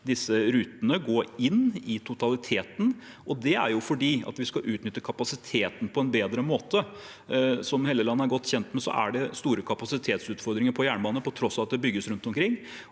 disse rutene vil gå inn i totaliteten. Det er fordi vi skal utnytte kapasiteten på en bedre måte. Som representanten Trond Helleland er godt kjent med, er det store kapasitetsutfordringer på jernbanen på tross av at det bygges rundt omkring.